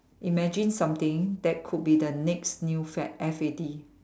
imagine something that could be the next new fad F A D